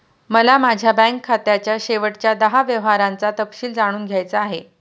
मला माझ्या बँक खात्याच्या शेवटच्या दहा व्यवहारांचा तपशील जाणून घ्यायचा आहे